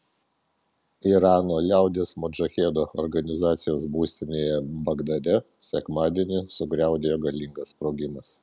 irano liaudies modžahedų organizacijos būstinėje bagdade sekmadienį sugriaudėjo galingas sprogimas